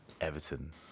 Everton